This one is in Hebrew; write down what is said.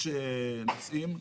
יש נושאים,